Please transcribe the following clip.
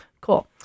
cool